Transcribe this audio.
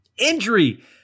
injury